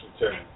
return